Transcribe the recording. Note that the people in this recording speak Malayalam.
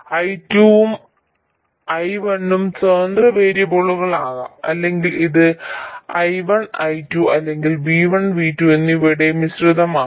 I1 ഉം I2 ഉം സ്വതന്ത്ര വേരിയബിളുകളാകാം അല്ലെങ്കിൽ ഇത് I1 V2 അല്ലെങ്കിൽ V1 I2 എന്നിവയുടെ മിശ്രിതമാകാം